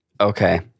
Okay